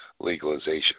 legalization